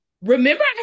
remember